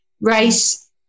race